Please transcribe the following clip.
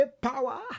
power